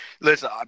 Listen